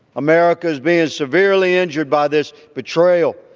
america has been severely injured by this betrayal,